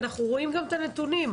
אנחנו רואים גם את הנתונים.